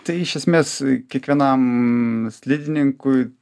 tai iš esmės kiekvienam slidininkui